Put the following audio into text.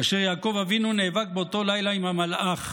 כאשר יעקב אבינו נאבק באותו לילה עם המלאך,